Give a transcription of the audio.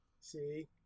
See